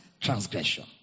transgression